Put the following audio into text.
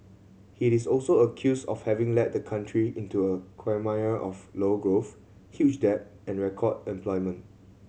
he is also accused of having led the country into a quagmire of low growth huge debt and record unemployment